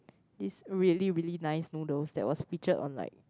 this really really nice noodles that was featured on like